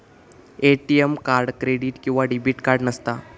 ATM card credit किंवा debit card नसता